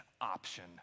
option